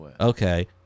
Okay